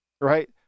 right